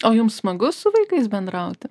o jums smagu su vaikais bendrauti